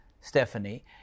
Stephanie